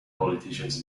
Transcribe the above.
politicians